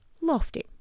Lofty